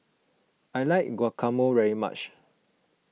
I like Guacamole very much